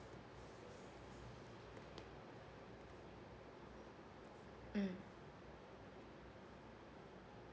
mm